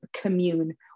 commune